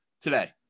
today